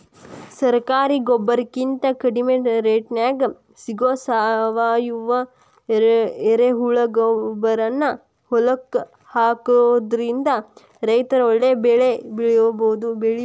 ಸರಕಾರಿ ಗೊಬ್ಬರಕಿಂತ ಕಡಿಮಿ ರೇಟ್ನ್ಯಾಗ್ ಸಿಗೋ ಸಾವಯುವ ಎರೆಹುಳಗೊಬ್ಬರಾನ ಹೊಲಕ್ಕ ಹಾಕೋದ್ರಿಂದ ರೈತ ಒಳ್ಳೆ ಬೆಳಿ ಬೆಳಿಬೊದು